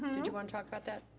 did you want to talk about that?